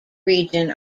region